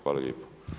Hvala lijepo.